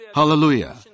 Hallelujah